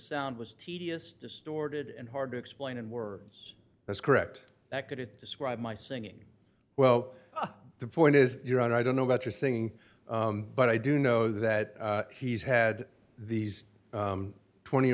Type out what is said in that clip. sound was tedious distorted and hard to explain in words as correct that could describe my singing well the point is you're i don't know about your singing but i do know that he's had these twenty